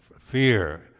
fear